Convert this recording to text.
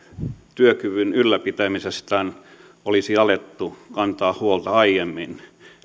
työkyvyn ylläpitämisestään olisi alettu kantaa huolta aiemmin